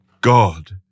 God